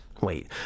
Wait